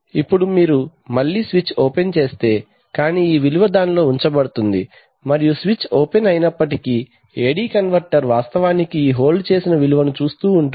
ఇప్పుడు మీరు మళ్ళీ స్విచ్ ఓపెన్ చేస్తే కాని ఈ విలువ దానిలో ఉంచబడుతుంది మరియు స్విచ్ ఓపెన్ అయినప్పటికీ AD కన్వర్టర్ వాస్తవానికి ఈ హోల్డ్ చేసిన విలువను చూస్తు ఉంటుంది